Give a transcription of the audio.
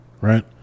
right